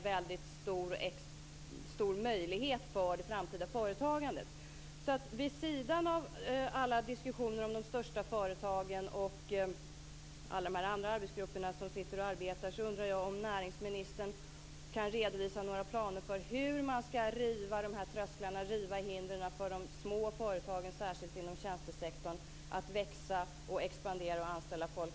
Jag undrar om näringsministern, vid sidan av alla diskussioner om de största företagen och alla andra arbetsgrupper som sitter och arbetar, kan redovisa några planer för hur man skall riva dessa trösklar för att de små företagen, särskilt inom tjänstesektorn, skall kunna växa, expandera och anställa folk.